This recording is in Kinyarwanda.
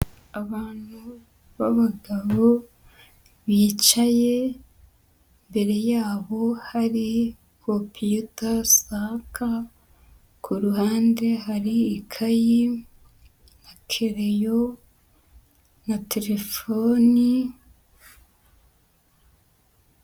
Abantu b'abagabo bicaye imbere yabo hari computers zaka. Ku ruhande hari ikayi, ikereyo na telefoni...